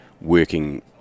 working